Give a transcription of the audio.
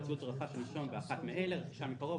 ציוד שרכש הנישום באחת מאלה: רכישה מקרוב,